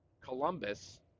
columbus